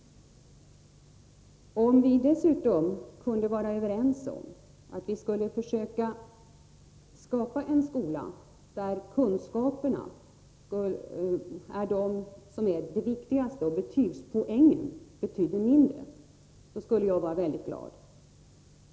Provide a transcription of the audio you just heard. Om vi dessutom kunde vara överens om att försöka skapa en skola, där kunskaperna är det viktigaste och betygspoängen betyder mindre, skulle jag vara väldigt glad.